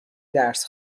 درس